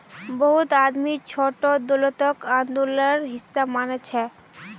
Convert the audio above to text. बहुत आदमी छोटो दौलतक आंदोलनेर हिसा मानछेक